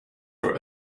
for